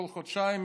כל חודשיים,